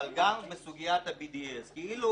אבל גם בסוגיית ה-BDS, כאילו